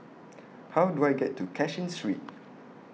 How Do I get to Cashin Street